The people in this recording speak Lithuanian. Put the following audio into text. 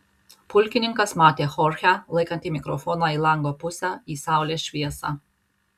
pulkininkas matė chorchę laikantį mikrofoną į lango pusę į saulės šviesą